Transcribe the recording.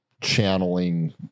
channeling